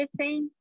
15